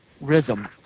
rhythm